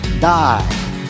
die